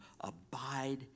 Abide